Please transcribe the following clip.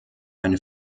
eine